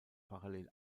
parallel